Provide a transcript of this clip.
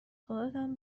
خداتم